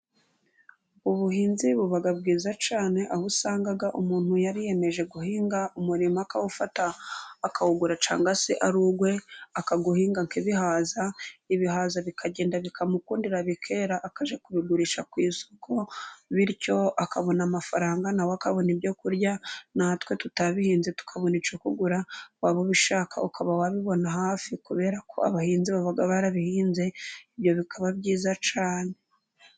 ubuhinzi buba bwiza cyane, aho usanga umuntu yariyemeje guhinga umurima, akawufata, akawugura cyangwa se ari uwe, akawuhingamo ibihaza, ibihaza bikagenda bikamukundira bikera, akajya kubigurisha ku isoko, bityo akabona amafaranga, nawe akabona ibyo kurya, natwe tutabihinze tukabona icyo kugura, waba ubishaka ukaba wabibona hafi, kubera ko abahinzi baba barabihinze, ibyo bikaba byiza cyane.